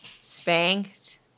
spanked